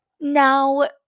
Now